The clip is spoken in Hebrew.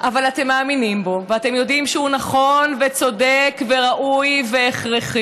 אבל אתם מאמינים בו ואתם יודעים שהוא נכון וצודק וראוי והכרחי,